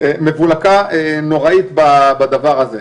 מבולקה נוראית בדבר הזה,